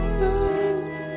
love